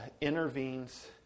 Intervenes